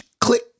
click